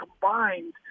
combined